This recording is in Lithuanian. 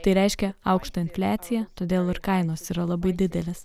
tai reiškia aukštą infliaciją todėl ir kainos yra labai didelės